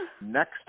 next